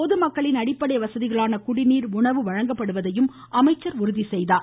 பொதுமக்களின் அடிப்படை வசதிகளான குடிநீர் உணவு வழங்கப்படுவதையும் அமைச்சர் உறுதி செய்தார்